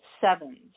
sevens